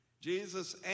Jesus